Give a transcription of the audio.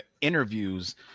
interviews